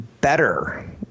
better